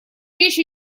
речь